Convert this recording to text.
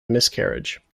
miscarriage